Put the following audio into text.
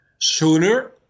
Sooner